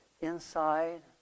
inside